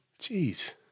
Jeez